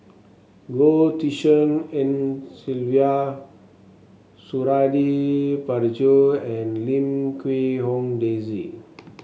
Goh Tshin En Sylvia Suradi Parjo and Lim Quee Hong Daisy